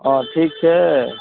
आओर ठीक छै